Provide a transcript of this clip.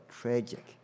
tragic